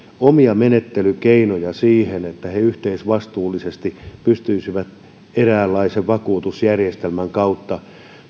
omia menettelykeinoja siihen että he yhteisvastuullisesti pystyisivät eräänlaisen vakuutusjärjestelmän kautta